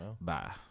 Bye